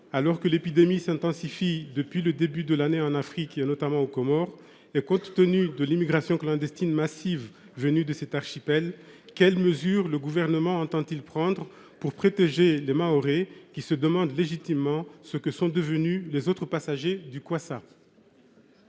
Alors que l’épidémie s’intensifie depuis le début de l’année en Afrique, notamment aux Comores, et compte tenu de l’immigration clandestine massive venue de cet archipel, quelles mesures le Gouvernement entend il prendre pour protéger les Mahorais, qui se demandent légitimement ce que sont devenus les autres passagers du kwassa ?